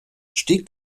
stieg